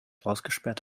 ausgesperrt